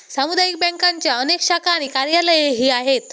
सामुदायिक बँकांच्या अनेक शाखा आणि कार्यालयेही आहेत